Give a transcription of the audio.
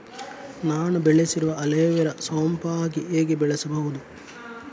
ನಾನು ಬೆಳೆಸಿರುವ ಅಲೋವೆರಾ ಸೋಂಪಾಗಿ ಹೇಗೆ ಬೆಳೆಸಬಹುದು?